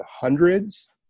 hundreds